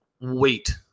wait